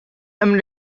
and